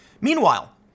Meanwhile